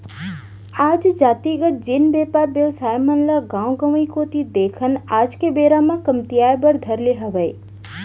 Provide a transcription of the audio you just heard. आज जातिगत जेन बेपार बेवसाय मन ल गाँव गंवाई कोती देखन आज के बेरा म कमतियाये बर धर ले हावय